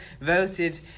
voted